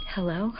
Hello